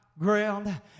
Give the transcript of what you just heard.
ground